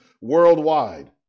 worldwide